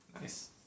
nice